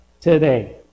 today